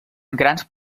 grans